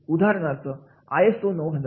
उदाहरणार्थ I S O 9000